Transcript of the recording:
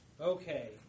Okay